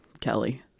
Kelly